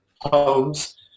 homes